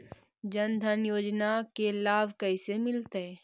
जन धान योजना के लाभ कैसे मिलतै?